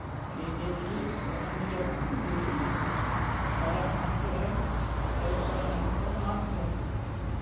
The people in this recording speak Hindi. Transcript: कि देखिए प्रधान जी ये हमारा यहाँ से है आ ये कह रहे हैं हमार यहाँ से है